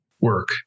Work